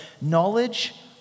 knowledge